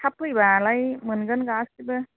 थाब फैबालाय मोनगोन गासैबो